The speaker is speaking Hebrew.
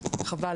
חבל.